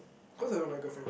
cause I love my girlfriend